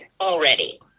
already